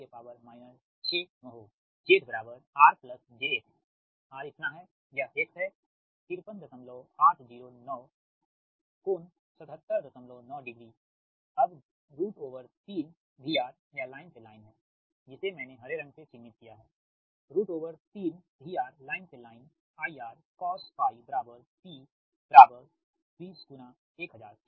अब Z R j X R इतना है यह X है53809∟7790 Ω अब3VR यह लाइन से लाइन है जिसे मैंने हरे रंग से चिह्नित किया है 3VR लाइन से लाइन IR cos φP201000 ठीक